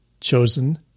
chosen